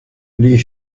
les